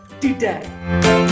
today